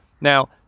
Now